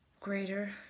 greater